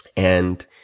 and